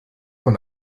von